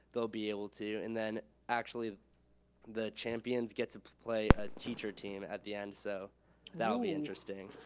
they'll be able to. and then actually the champions get to play a teacher team at the end, so that'll be interesting.